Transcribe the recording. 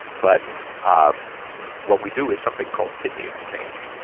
but ah what we do is something called kidney exchange.